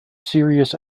serious